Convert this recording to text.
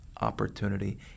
opportunity